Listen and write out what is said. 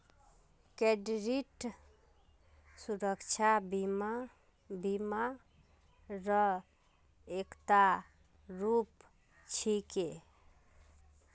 credit सुरक्षा बीमा बीमा र एकता रूप छिके